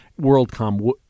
WorldCom